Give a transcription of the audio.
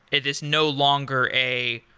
it is no longer a,